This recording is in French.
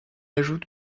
ajoute